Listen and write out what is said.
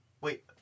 Wait